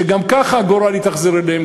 שגם ככה הגורל התאכזר אליהם,